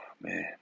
man